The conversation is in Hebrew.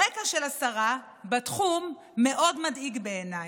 הרקע של השרה בתחום מאוד מדאיג בעיניי.